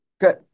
Good